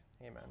Amen